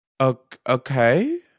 Okay